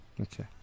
Okay